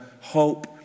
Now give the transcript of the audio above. hope